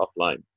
offline